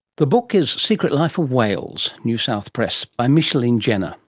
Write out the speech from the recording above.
the book is secret life of whales, newsouth press, by micheline jenner,